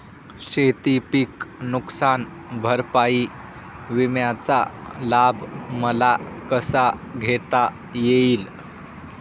शेतीपीक नुकसान भरपाई विम्याचा लाभ मला कसा घेता येईल?